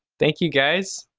thank you guys.